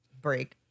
break